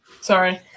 Sorry